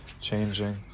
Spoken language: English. changing